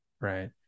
right